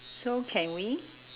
so can we